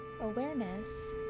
awareness